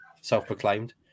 self-proclaimed